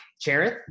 Cherith